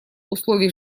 условий